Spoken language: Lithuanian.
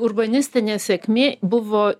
urbanistinė sėkmė buvo